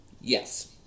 Yes